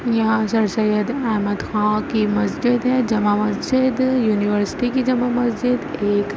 یہاں سر سید احمد خاں کی مسجد ہے جامع مسجد یونیورسٹی کی جامع مسجد ایک